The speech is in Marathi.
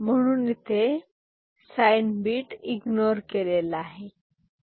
म्हणून येथे साईं बिट इग्नोर केलेले आहे